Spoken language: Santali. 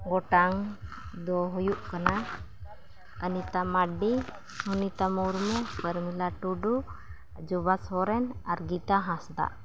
ᱜᱚᱴᱟᱝ ᱫᱚ ᱦᱩᱭᱩᱜ ᱠᱟᱱᱟ ᱚᱱᱤᱛᱟ ᱢᱟᱨᱰᱤ ᱚᱱᱤᱛᱟ ᱢᱩᱨᱢᱩ ᱯᱚᱨᱢᱤᱞᱟ ᱴᱩᱰᱩ ᱡᱚᱵᱟ ᱥᱚᱨᱮᱱ ᱟᱨ ᱜᱤᱛᱟ ᱦᱟᱸᱥᱫᱟ